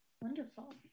Wonderful